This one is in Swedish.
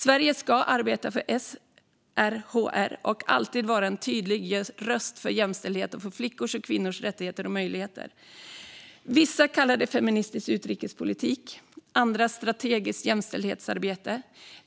Sverige ska arbeta med SRHR och alltid vara en tydlig röst för jämställdhet och för flickors och kvinnors rättigheter och möjligheter. Vissa kallar det feministisk utrikespolitik, andra strategiskt jämställdhetsarbete.